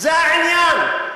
זה העניין.